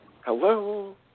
hello